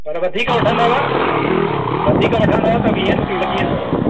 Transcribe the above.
पर वधीक वठंदव वधीक वठंदव त वीहें रुपये किलो लॻी वेंदव